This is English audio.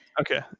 Okay